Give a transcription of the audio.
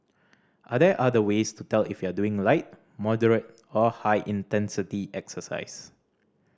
are there other ways to tell if you are doing light moderate or high intensity exercise